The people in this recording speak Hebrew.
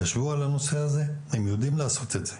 הם ישבו על הנושא הזה והם יודעים לעשות את זה.